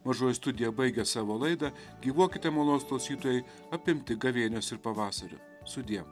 mažoji studija baigė savo laidą gyvuokite malonūs klausytojai apimti gavėnios ir pavasario sudie